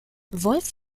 wolf